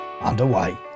underway